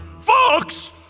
Fox